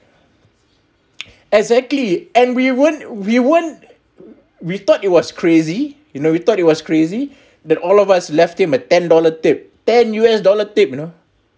exactly and we weren't we weren't we thought it was crazy you know we thought it was crazy but all of us left him a ten dollar tip ten us dollar tip you know